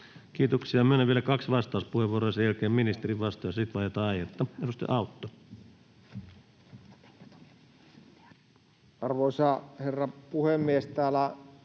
Kiitoksia. — Myönnän vielä kaksi vastauspuheenvuoroa, sen jälkeen ministerin vastaus ja sitten vaihdetaan aihetta. — Edustaja Autto. [Speech 318] Speaker: